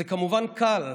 זה כמובן קל.